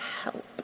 help